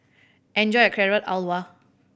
enjoy your Carrot Halwa